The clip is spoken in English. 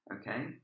okay